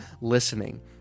listening